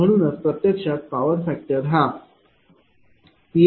म्हणूनच प्रत्यक्षात power factor हा PsS21